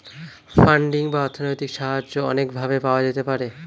funding বা অর্থনৈতিক সাহায্য অনেক ভাবে পাওয়া যেতে পারে